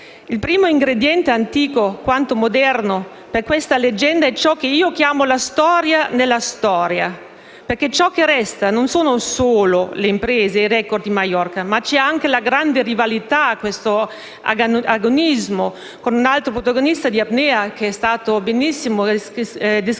Il primo ingrediente, antico quanto moderno, per questa leggenda è ciò che chiamo la storia nella storia, perché ciò che resta non sono solo le imprese e i record di Maiorca, ma anche la grande rivalità e l'agonismo con un altro protagonista di apnea, prima descritto benissimo dai